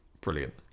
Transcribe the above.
Brilliant